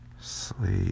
sleep